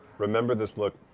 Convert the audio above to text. remember this look,